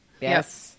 Yes